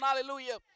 Hallelujah